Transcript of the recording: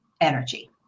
energy